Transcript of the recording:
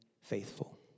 faithful